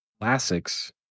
classics